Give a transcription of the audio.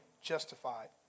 justified